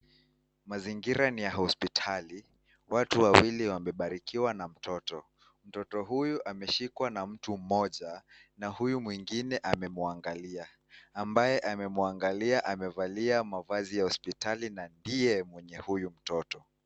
Mazingira ni ya hospitali, watu wawili wamebarikiwa na mtoto. Mtoto huyu ameshikwa na mtu mmoja na huyu mwingine amemwangalia. Ambaye amemwangalia amevalia mavazi ya hospital na ndiye mwenye huyu mtoto.